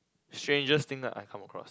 strangest thing that I've come across